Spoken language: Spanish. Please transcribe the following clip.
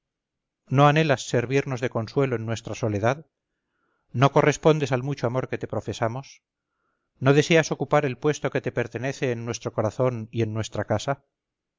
no anhelas servirnos de consuelo en nuestra soledad no correspondes al mucho amor que te profesamos no deseas ocupar el puesto que te pertenece en nuestrocorazón y en nuestra casa